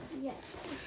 yes